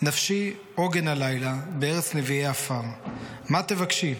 "נפשי, עוגן הלילה / בארץ נביאי עפר // מה תבקשי?